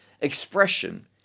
expression